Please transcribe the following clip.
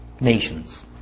nations